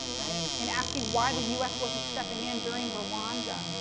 right, in asking why the us wasn't stepping in during rwanda.